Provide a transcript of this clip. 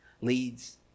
leads